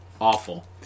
awful